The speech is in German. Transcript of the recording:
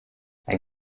ein